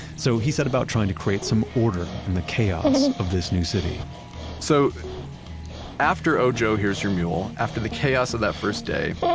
so he set about trying to create some order in the chaos of the new city so after oh joe, here's your mule. after the chaos of that first day,